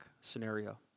scenario